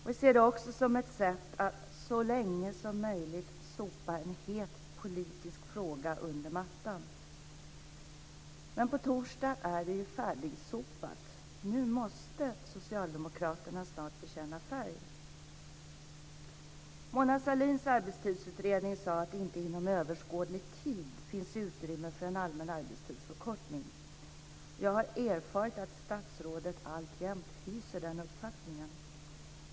Vi ser detta också som ett sätt att så länge som möjligt sopa en het politisk fråga under mattan. Men på torsdag är det ju färdigsopat. Nu måste socialdemokraterna snart bekänna färg. Mona Sahlins arbetstidsutredning sade att det inte inom överskådlig tid finns utrymme för en allmän arbetstidsförkortning. Jag har erfarit att statsrådet alltjämt hyser den uppfattningen.